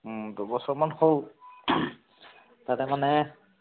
দুবছৰমান হ'ল তাতে মানে